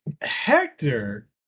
Hector